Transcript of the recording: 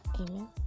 amen